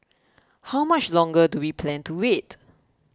how much longer do we plan to wait